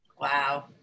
wow